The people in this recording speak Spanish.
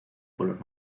color